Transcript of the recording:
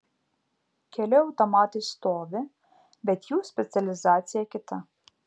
keli automatai stovi bet jų specializacija kita